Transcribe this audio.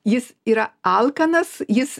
jis yra alkanas jis